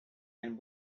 and